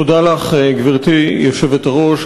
תודה לך, גברתי היושבת-ראש.